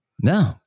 No